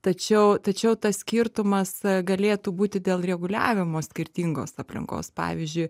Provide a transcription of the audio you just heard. tačiau tačiau tas skirtumas galėtų būti dėl reguliavimo skirtingos aplinkos pavyzdžiui